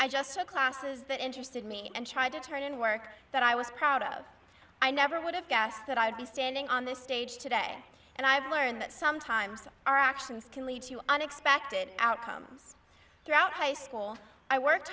i just took classes that interested me and tried to turn in work that i was proud of i never would have guessed that i'd be standing on this stage today and i've learned that sometimes our actions can lead to unexpected outcomes throughout high school i worked